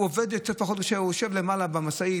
הוא יושב למעלה במשאית.